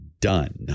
done